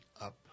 up